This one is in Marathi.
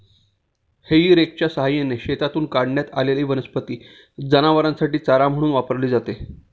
हेई रेकच्या सहाय्याने शेतातून काढण्यात आलेली वनस्पती जनावरांसाठी चारा म्हणून वापरली जाते